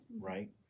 Right